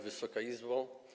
Wysoka Izbo!